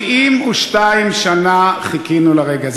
72 שנה חיכינו לרגע.